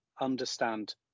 understand